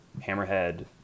hammerhead